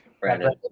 Brandon